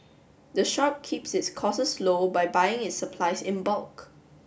the shop keeps its costs low by buying its supplies in bulk